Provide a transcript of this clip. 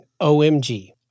OMG